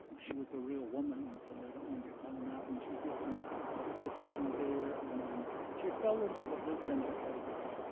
she was a real woman until later on, they found out. and she did some exhibition there. and and she fell into the third gender category.